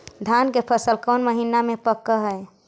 धान के फसल कौन महिना मे पक हैं?